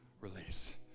release